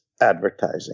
advertising